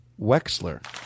Wexler